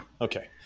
Okay